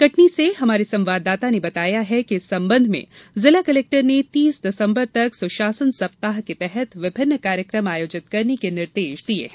कटनी से हमारे संवाददाता ने बताया कि इस संबंध में जिला कलेक्टर ने तीस दिसंबर तक सुशासन सप्ताह के तहत विभिन्न कार्यक्रम आयोजित करने के निर्देश दिये हैं